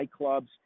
nightclubs